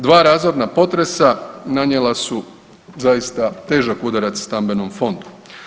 Dva razorna potresa nanijela su zaista težak udarac stambenom fondu.